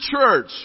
church